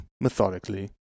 methodically